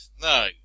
no